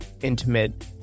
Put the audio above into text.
intimate